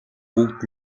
бүгд